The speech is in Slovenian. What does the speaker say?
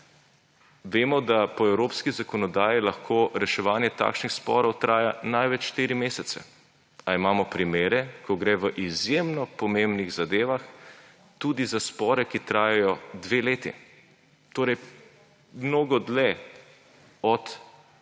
Vemo, da po evropski zakonodaji lahko reševanje takšnih sporov traja največ štiri mesece, a imamo primere, ko gre v izjemno pomembnih zadeva tudi za spore, ki trajajo dve leti. Torej mnogo dlje od